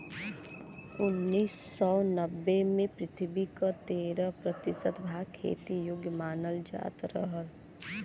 उन्नीस सौ नब्बे में पृथ्वी क तेरह प्रतिशत भाग खेती योग्य मानल जात रहल